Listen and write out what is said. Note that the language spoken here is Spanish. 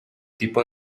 tipo